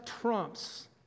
trumps